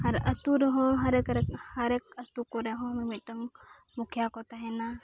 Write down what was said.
ᱟᱨ ᱟᱹᱛᱩᱨᱮᱦᱚᱸ ᱦᱟᱨᱮᱠ ᱟᱹᱛᱩ ᱠᱚᱨᱮᱦᱚᱸ ᱢᱤᱼᱢᱤᱫᱴᱟᱝ ᱢᱩᱠᱷᱤᱭᱟᱹᱠᱚ ᱛᱟᱦᱮᱱᱟ